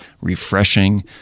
refreshing